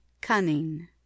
cunning